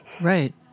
Right